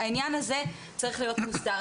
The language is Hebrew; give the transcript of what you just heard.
העניין הזה צריך להיות מוסדר.